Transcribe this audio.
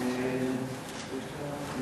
ההצעה להעביר את הנושא לוועדה שתקבע ועדת הכנסת נתקבלה.